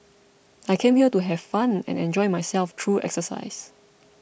I came here to have fun and enjoy myself through exercise